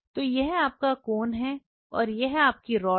तो यह आपका कोन है और यह आपकी रॉड है